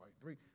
Three